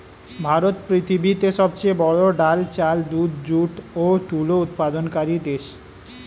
ভারত পৃথিবীতে সবচেয়ে বড়ো ডাল, চাল, দুধ, যুট ও তুলো উৎপাদনকারী দেশ